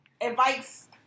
advice